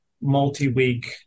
multi-week